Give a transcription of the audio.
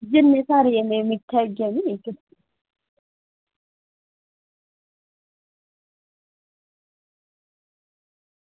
जिन्ने सारे जने न इत्थें आई जाने नी